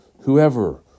Whoever